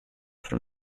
from